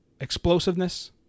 explosiveness